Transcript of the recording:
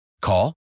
Call